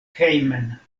hejmen